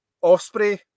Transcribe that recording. Osprey